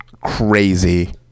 crazy